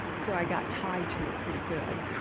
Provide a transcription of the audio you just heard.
so i got tied to it pretty good.